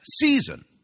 season